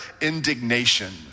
indignation